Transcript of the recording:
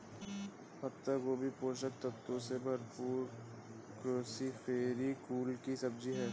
पत्ता गोभी पोषक तत्वों से भरपूर क्रूसीफेरी कुल की सब्जी है